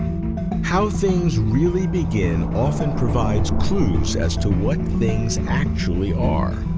how things really begin often provides clues as to what things actually are.